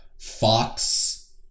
Fox